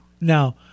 Now